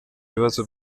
ibibazo